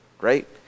right